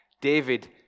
David